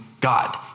God